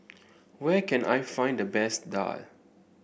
where can I find the best Daal